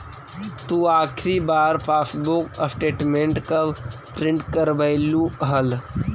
तु आखिरी बार पासबुक स्टेटमेंट कब प्रिन्ट करवैलु हल